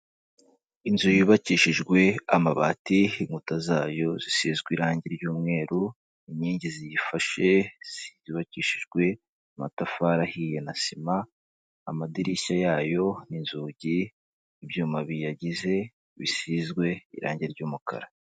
Inzu yubakishijwe amabati inkuta zayo zisizwe irangi ry'umweru inkingi ziyifashe zubakishijwe amatafari ahiye na sima, amadirishya yayo n'inzugi ibyuma biyagize bisizwe irangi ry'umukara.